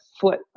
foot